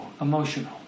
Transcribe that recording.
emotional